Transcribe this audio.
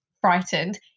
frightened